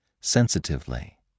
sensitively